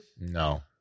No